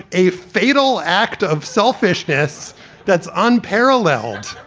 a fatal act of selfishness that's unparalleled.